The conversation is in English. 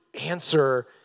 answer